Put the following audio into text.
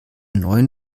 neuen